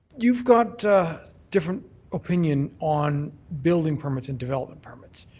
you've got different opinion on building permits and development permits.